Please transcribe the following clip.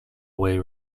away